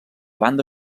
banda